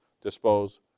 dispose